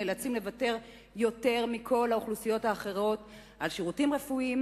נאלצים לוותר יותר מכל האוכלוסיות האחרות על שירותים רפואיים,